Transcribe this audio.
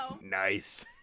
Nice